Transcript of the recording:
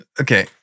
Okay